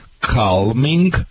calming